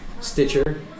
Stitcher